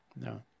No